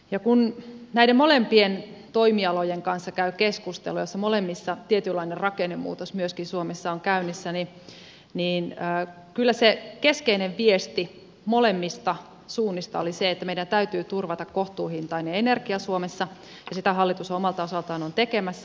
ja kun käy keskusteluja näiden molempien toimialojen kanssa joilla molemmilla myöskin tietynlainen rakennemuutos suomessa on käynnissä niin kyllä se keskeinen viesti molemmista suunnista oli se että meidän täytyy turvata kohtuuhintainen energia suomessa ja sitä hallitus omalta osaltaan on tekemässä